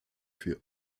für